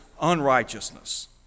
unrighteousness